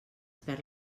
perd